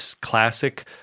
classic